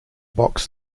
box